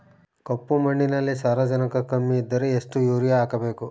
ಕಪ್ಪು ಮಣ್ಣಿನಲ್ಲಿ ಸಾರಜನಕ ಕಮ್ಮಿ ಇದ್ದರೆ ಎಷ್ಟು ಯೂರಿಯಾ ಹಾಕಬೇಕು?